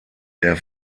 der